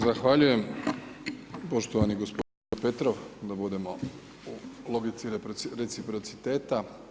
Zahvaljujem poštovani gospodine Petrov da budemo u logici reciprociteta.